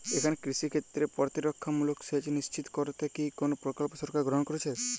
এখানে কৃষিক্ষেত্রে প্রতিরক্ষামূলক সেচ নিশ্চিত করতে কি কোনো প্রকল্প সরকার গ্রহন করেছে?